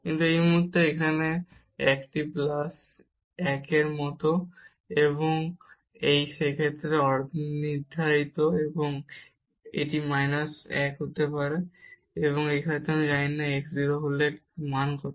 কিন্তু এই মুহুর্তে এখানে এটি প্লাস 1 এর মত এবং এটি সেই ক্ষেত্রে অনির্ধারিত এবং এটি মাইনাস 1 হতে পারে এবং এখানে আমরা জানি না যখন x 0 এ গেলে মান কত